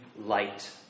light